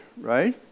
right